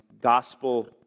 gospel